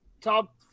top